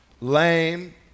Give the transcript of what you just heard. lame